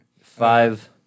five